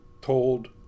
told